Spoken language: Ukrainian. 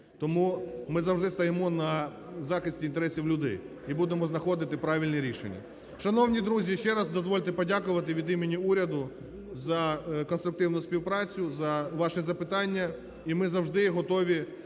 Тому ми завжди стоїмо на захисті інтересів людей і будемо знаходити правильні рішення. Шановні друзі, ще раз дозвольте подякувати від імені уряду за конструктивну співпрацю, за ваші запитання. І ми завжди готові